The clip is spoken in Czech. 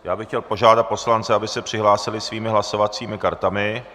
Já bych chtěl požádat poslance, aby se přihlásili svými hlasovacími kartami.